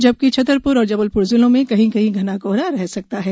जबकि छतरपुर और जबलपुर जिलों में कहीं कहीं घना कोहरा रह सकता है